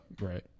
Right